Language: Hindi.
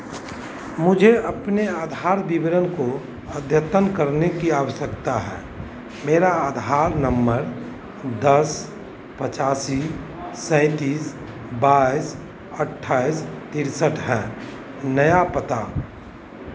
मुझे अपने आधार विवरण को अद्यतन करने की आवश्यकता है मेरा आधार नंबर दस पचासी सैंतीस बाईस अठ्ठाईस तिरसठ है नया पता